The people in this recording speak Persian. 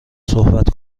صحبت